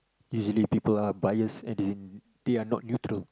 usually people are biased as in they are not neutral